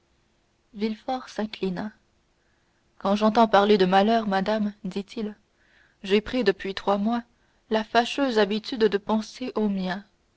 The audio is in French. s'inclina quand j'entends parler de malheurs madame dit-il j'ai pris depuis trois mois la fâcheuse habitude de penser aux miens